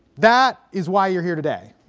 that is why you're here today,